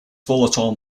volatile